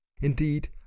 Indeed